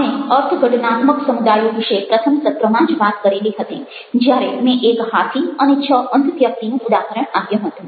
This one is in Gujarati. આપણે અર્થઘટનાત્મક સમુદાયો વિશે પ્રથમ સત્રમાં જ વાત કરેલી હતી જ્યારે મેં એક હાથી અને છ અંધ વ્યક્તિનું ઉદાહરણ આપ્યું હતું